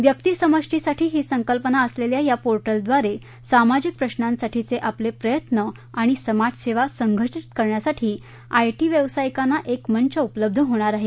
व्यक्ती समष्टीसाठी ही संकल्पना असलेल्या या पोर्टलव्दारे सामाजिक प्रशासाठीचे आपले प्रयत्न आणि समाजसेवा संघटित करण्यासाठी आयटी व्यावसायिकांना एक मंच उपलब्ध होणार आहे